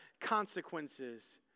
Consequences